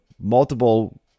multiple